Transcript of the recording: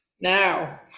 Now